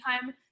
time